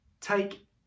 Take